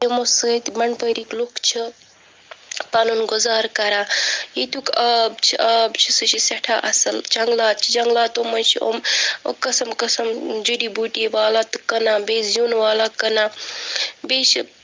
یِمو سٍتۍ مَن پورِِکۍ لوٗکھ چھِ پَنُن گُزارٕ کَران ییٚتیُک آب چھُ آب چھُ سُہ سٹھاہ اَصٕل جَنگلات چھِ جَنگلاتو منٛز چھِ اُم قٕسٕم قٕسٕم جٔڈی بوٗٹی والان تہٕ کٕناں بیٚیہِ زِیُن والان تہٕ کٕنان بیٚیہِ چھِ